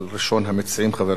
הצעות לסדר-היום מס' 8230,